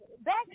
back